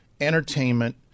entertainment